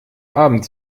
abend